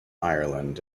ireland